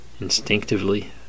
Instinctively